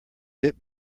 bit